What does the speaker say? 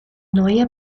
neue